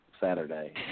Saturday